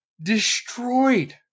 destroyed